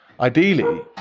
ideally